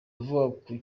avuga